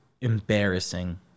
embarrassing